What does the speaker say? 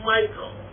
Michael